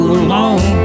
alone